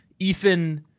Ethan